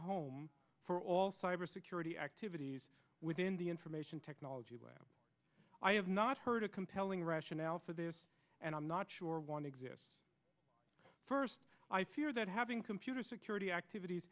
home for all cybersecurity activities within the information technology where i have not heard a compelling rationale for this and i'm not sure one exists first i fear that having computer security activities